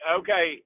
okay